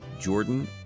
Jordan